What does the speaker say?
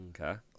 Okay